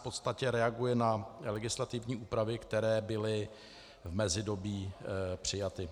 V podstatě reaguje na legislativní úpravy, které byly v mezidobí přijaty.